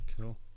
Cool